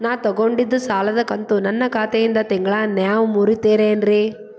ನಾ ತೊಗೊಂಡಿದ್ದ ಸಾಲದ ಕಂತು ನನ್ನ ಖಾತೆಯಿಂದ ತಿಂಗಳಾ ನೇವ್ ಮುರೇತೇರೇನ್ರೇ?